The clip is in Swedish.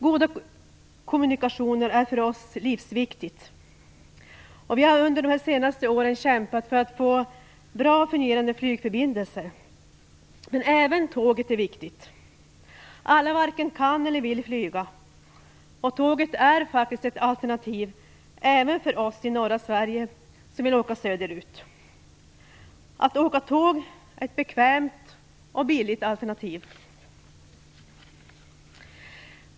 Goda kommunikationer är för oss livsviktigt. Vi har under de senaste åren kämpat för att få väl fungerande flygförbindelser. Men även tågtrafiken är viktig. Alla varken kan eller vill flyga. Tåget är faktiskt ett alternativ även för oss i norra Sverige som vill åka söderut. Att åka tåg är ett bekvämt och billigt alternativ.